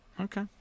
Okay